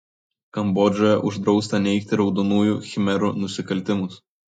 kambodžoje uždrausta neigti raudonųjų khmerų nusikaltimus